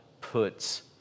puts